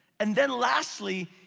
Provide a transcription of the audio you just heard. and then lastly,